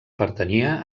pertanyia